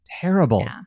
Terrible